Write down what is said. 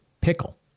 Pickle